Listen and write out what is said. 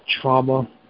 Trauma